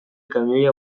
kamioia